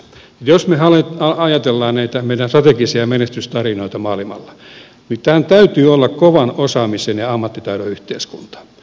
jos me ajattelemme näitä meidän strategisia menestystarinoitamme maailmalla niin tämän täytyy olla kovan osaamisen ja ammattitaidon yhteiskunta